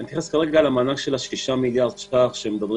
אני אתייחס כרגע למנגנון של ה-6 מיליארד ש"ח שמדברים